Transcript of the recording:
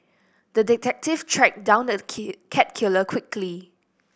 the detective tracked down the cat killer quickly